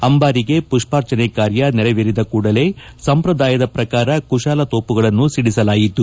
ಅಂಬಾರಿಗೆ ಪುಷ್ಪಾರ್ಚನೆ ಕಾರ್ಯ ನೆರವೇರಿದ ಕೂಡಲೇ ಸಂಪ್ರದಾಯದ ಪ್ರಕಾರ ಕುತಾಲ ತೋಪುಗಳನ್ನು ಒಡಿಸಲಾಯಿತು